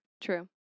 True